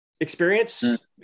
Experience